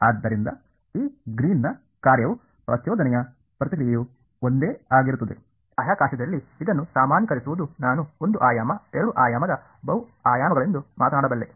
ಆದ್ದರಿಂದ ಈ ಗ್ರೀನ್ನ ಕಾರ್ಯವು ಪ್ರಚೋದನೆಯ ಪ್ರತಿಕ್ರಿಯೆಯು ಒಂದೇ ಆಗಿರುತ್ತದೆ ಬಾಹ್ಯಾಕಾಶದಲ್ಲಿ ಇದನ್ನು ಸಾಮಾನ್ಯೀಕರಿಸುವುದು ನಾನು ಒಂದು ಆಯಾಮ ಎರಡು ಆಯಾಮದ ಬಹು ಆಯಾಮಗಳೆಂದು ಮಾತನಾಡಬಲ್ಲೆ